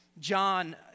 John